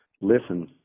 listen